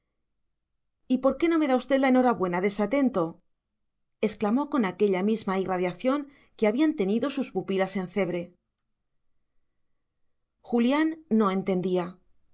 y por qué no me da usted la enhorabuena desatento exclamó con aquella misma irradiación que habían tenido sus pupilas en cebre julián no entendía